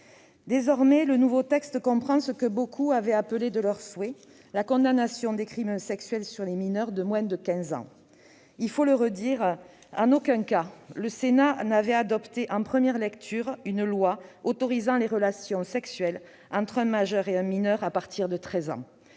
Désormais, ce nouveau texte comprend ce que beaucoup avaient appelé de leurs voeux, à savoir la condamnation des crimes sexuels sur les mineurs de 15 ans. Il faut le redire : en aucun cas, le Sénat n'avait adopté en première lecture une loi autorisant les relations sexuelles entre un majeur et un mineur à partir de 13 ans.